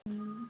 ꯎꯝ